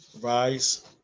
Rise